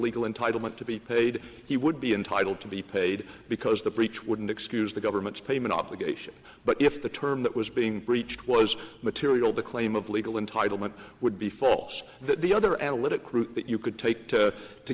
legal entitlement to be paid he would be entitled to be paid because the breach wouldn't excuse the government's payment obligation but if the term that was being breached was material the claim of legal entitlement would be false that the other analytic route that you could take to to